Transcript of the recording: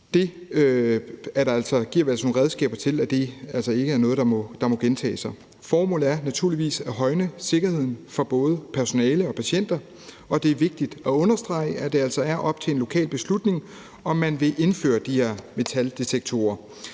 Her giver vi nogle redskaber til, at det altså ikke er noget, der gentager sig. Formålet er naturligvis at højne sikkerheden for både personale og patienter, og det er vigtigt at understrege, at det altså er op til en lokal beslutning, om man vil indføre de her metaldetektorer;